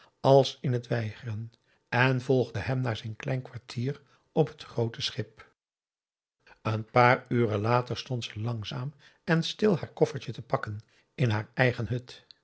als in het weigeren en volgde hem naar zijn klein kwartier op het groote schip een paar uren later stond ze langzaam en stil haar koffertje te pakken in haar eigen hut